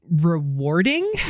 rewarding